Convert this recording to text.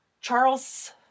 Charles